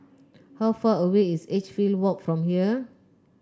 how far away is Edgefield Walk from here